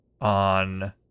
on